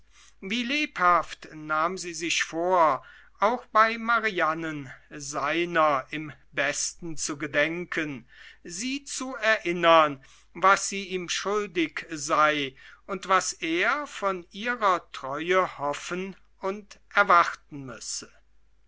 wie lebhaft nahm sie sich vor auch bei marianen seiner im besten zu gedenken sie zu er innern was sie ihm schuldig sei und was er von ihrer treue hoffen und erwarten müsse